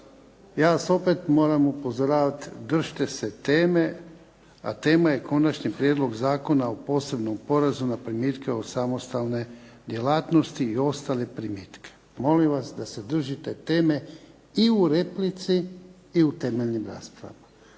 Ja vas opet moram upozoravati držite se teme, a tema je konačni Prijedlog zakona o posebnom porezu na primitke od samostalne djelatnosti i ostale primitke. Molim vas da se držite teme i u replici i u temeljnim raspravama.